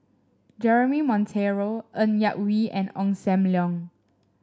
Jeremy Monteiro Ng Yak Whee and Ong Sam Leong